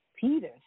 Peter